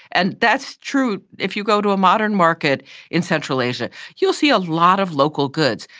and that's true, if you go to a modern market in central asia you'll see a lot of local goods.